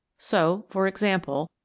so, for example,